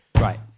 Right